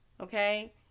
okay